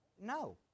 No